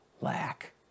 lack